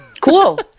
Cool